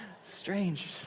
strange